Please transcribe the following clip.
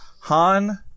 Han